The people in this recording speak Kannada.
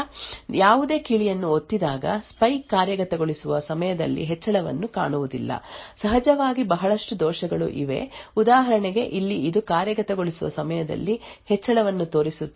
ಮತ್ತೆ ಸ್ವಲ್ಪ ಸಮಯದ ನಂತರ ಯಾವುದೇ ಕೀಲಿಯನ್ನು ಒತ್ತದಿದ್ದಾಗ ಸ್ಪೈ ಕಾರ್ಯಗತಗೊಳಿಸುವ ಸಮಯದಲ್ಲಿ ಹೆಚ್ಚಳವನ್ನು ಕಾಣುವುದಿಲ್ಲ ಸಹಜವಾಗಿ ಬಹಳಷ್ಟು ದೋಷಗಳು ಇವೆ ಉದಾಹರಣೆಗೆ ಇಲ್ಲಿ ಇದು ಕಾರ್ಯಗತಗೊಳಿಸುವ ಸಮಯದಲ್ಲಿ ಹೆಚ್ಚಳವನ್ನು ತೋರಿಸುತ್ತದೆ